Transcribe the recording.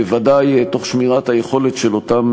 בוודאי תוך שמירת היכולת של אותם